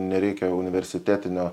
nereikia universitetinio